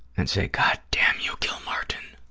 and say, goddamn you, gilmartin.